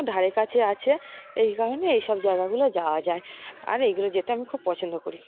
ধারে কাছে আছে এই কারণে এই সব জায়গাগুলো যাওয়া যায় আর এইগুলো যেতে আমি খুব পছন্দ করি